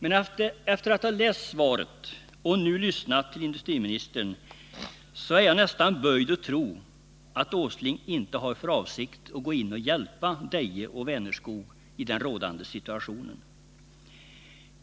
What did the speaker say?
Efter att ha läst svaret och nu lyssnat till industriministern är jag nästan böjd att tro att Nils Åsling inte har för avsikt att gå in och hjälpa Deje och Vänerskog i den rådande situationen.